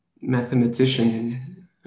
mathematician